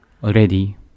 already